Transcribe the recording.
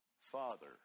Father